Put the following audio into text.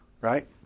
Right